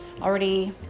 already